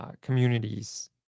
Communities